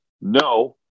no